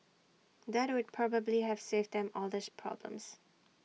that would probably have saved them all these problems